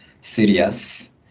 serious